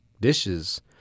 dishes